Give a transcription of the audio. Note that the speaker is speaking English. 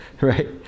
right